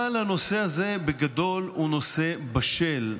אבל הנושא הזה, בגדול, הוא נושא בשל.